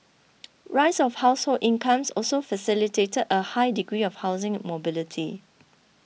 rise of household incomes also facilitated a high degree of housing mobility